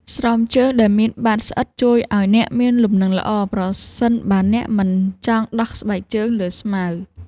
ស្រោមជើងដែលមានបាតស្អិត ជួយឱ្យអ្នកមានលំនឹងល្អប្រសិនបើអ្នកមិនចង់ដោះស្បែកជើងលើស្មៅ។